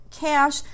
cash